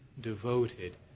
devoted